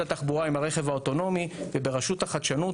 התחבורה עם הרכב האוטונומי וברשות החדשנות.